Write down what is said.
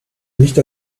nicht